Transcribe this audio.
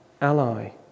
ally